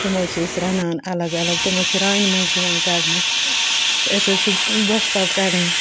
تِم حظ چھِ أسۍ رَنان الگ الگ تِم حظ چھِ رانہِ منٛز یِوان کَڑنہٕ أسۍ حظ چھِ گۄشتاب کَڑان